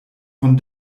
von